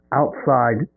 outside